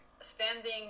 standing